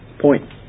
point